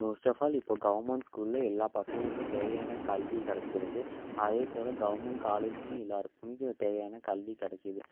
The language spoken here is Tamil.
மோஸ்ட் ஆஃப் ஆல் இப்போது கவர்மெண்ட் ஸ்கூலில் எல்லாப் பசங்களுக்கும் தேவையான கல்வி கிடச்சிருது அதேபோல் கவர்மெண்ட் காலேஜ்லேயும் எல்லாேருக்குமிக்கு தேவையான கல்வி கிடைக்கிது